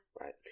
Right